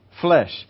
flesh